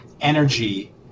energy